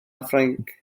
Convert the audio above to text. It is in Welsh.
ffrainc